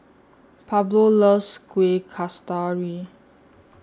Pablo loves Kuih Kasturi